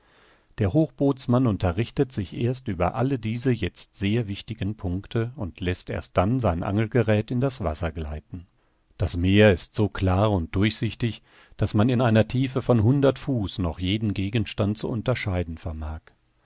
der hochbootsmann unterrichtet sich erst über alle diese jetzt sehr wichtigen punkte und läßt erst dann sein angelgeräth in das wasser gleiten das meer ist so klar und durchsichtig daß man in einer tiefe von hundert fuß noch jeden gegenstand zu unterscheiden vermag